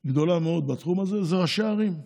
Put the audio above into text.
בתחום הזה, גדולה מאוד, זה ראשי הערים.